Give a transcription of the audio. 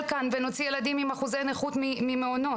כאן ונוציא ילדים עם אחוזי נכות ממעונות?